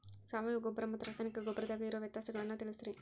ಸಾವಯವ ಗೊಬ್ಬರ ಮತ್ತ ರಾಸಾಯನಿಕ ಗೊಬ್ಬರದಾಗ ಇರೋ ವ್ಯತ್ಯಾಸಗಳನ್ನ ತಿಳಸ್ರಿ